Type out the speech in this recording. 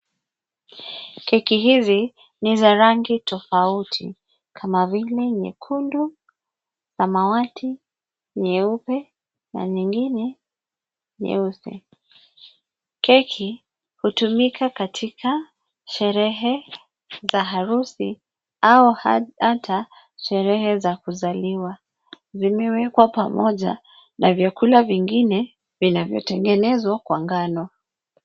Keki hizi ni za rangi tofauti kama vile nyekundu, samawati, nyeupe na nyingine nyeusi. Keki hutumika katika sherehe za harusi au hata sherehe za kuzaliwa zimewekwa pamoja na vyakula vingine vinavyotengenezwa kwa ngano.